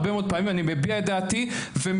הרבה מאוד פעמים אני מביע את דעתי ומעולם,